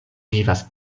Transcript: vivas